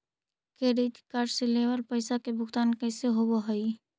Credit card से लेवल पैसा के भुगतान कैसे होव हइ?